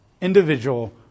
individual